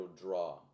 draw